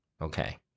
Okay